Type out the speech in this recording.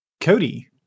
Cody